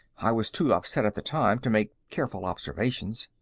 i was too upset at the time to make careful observations.